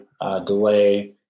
delay